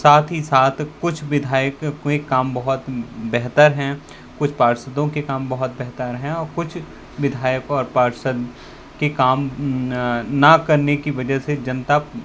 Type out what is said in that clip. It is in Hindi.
साथ ही साथ कुछ विधायक क्वे काम बहुत बेहतर हैं कुछ पार्षदों के काम बहुत बेहतर हैं और कुछ विधायकों और पार्षद के काम ना करने की वजह से जनता